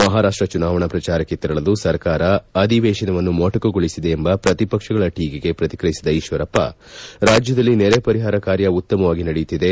ಮಹಾರಾಷ್ಷ ಚುನಾವಣಾ ಪ್ರಚಾರಕ್ಷೆ ತೆರಳಲು ಸರ್ಕಾರ ಅಧಿವೇಶನವನ್ನು ಮೊಟುಕುಗೊಳಿಸಿದೆ ಎಂಬ ಪ್ರತಿಪಕ್ಷಗಳ ಟೀಕೆಗೆ ಪ್ರತಿಕ್ರಿಯಿಸಿದ ಈತ್ವರಪ್ಪ ರಾಜ್ಯದಲ್ಲಿ ನೆರೆ ಪರಿಹಾರ ಕಾರ್ಯ ಉತ್ತಮವಾಗಿ ನಡೆಯುತ್ತಿದೆ